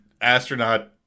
astronaut